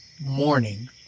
Morning